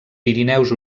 pirineus